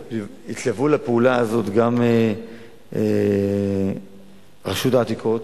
שלפעולה זו התלוו גם מרשות העתיקות,